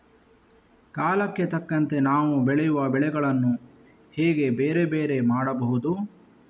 ಕಾಲಕ್ಕೆ ತಕ್ಕಂತೆ ನಾವು ಬೆಳೆಯುವ ಬೆಳೆಗಳನ್ನು ಹೇಗೆ ಬೇರೆ ಬೇರೆ ಮಾಡಬಹುದು?